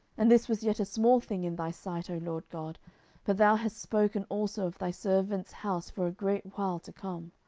and this was yet a small thing in thy sight, o lord god but thou hast spoken also of thy servant's house for a great while to come.